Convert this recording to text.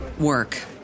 work